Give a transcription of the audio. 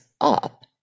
up